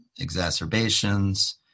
exacerbations